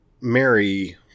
Mary